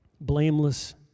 blameless